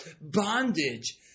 bondage